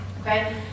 okay